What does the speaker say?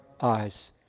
eyes